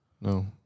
no